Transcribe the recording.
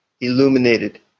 illuminated